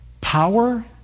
Power